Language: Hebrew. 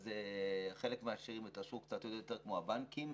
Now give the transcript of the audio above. אז חלק מעשירים התעשרו קצת עוד יותר כמו הבנקים,